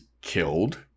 killed